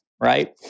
right